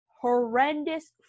horrendous